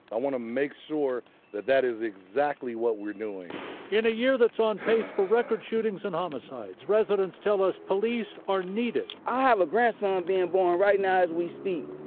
i wanna make sure that that is exactly what we're doing in a year that's on pace for record shootings and homicides. residents tell us police are needed. i have a grandson being born right now as we speak,